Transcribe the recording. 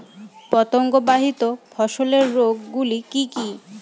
পতঙ্গবাহিত ফসলের রোগ গুলি কি কি?